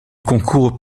concourt